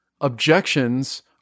objections